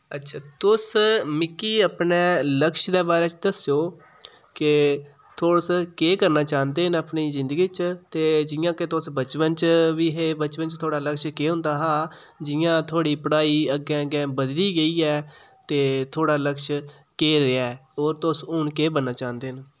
अच्छा तुस मिगी अपने लक्ष्य दे बारे च दस्सो के तुस केह् करना चांह्दे न अपनी जिंदगी च ते जि'यां के तुस बचपन च बी हे बचपन च थोआड़ा लक्ष्य केह् होंदा हा जि'यां थोआड़ी पढ़ाई अग्गें अग्गें बद्धदी गेई ऐ ते थोआड़ा लक्ष्य केह् रेआ ऐ होर हून तुस केह् बनना चांह्दे न